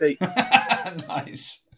Nice